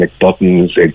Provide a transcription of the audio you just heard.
buttons